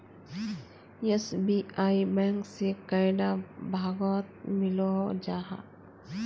SBI bank से कैडा भागोत मिलोहो जाहा?